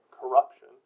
corruption